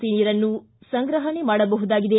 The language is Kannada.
ಸಿ ನೀರನ್ನು ಸಂಗ್ರಹಣೆ ಮಾಡಬಹುದಾಗಿದೆ